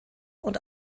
und